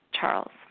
Charles